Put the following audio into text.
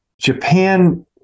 Japan